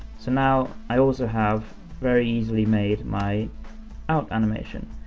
so now, i also have very easily made my out animation.